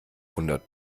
hundert